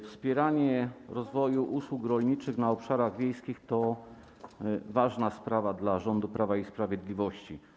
Wspieranie rozwoju usług rolniczych na obszarach wiejskich to ważna sprawa dla rządu Prawa i Sprawiedliwości.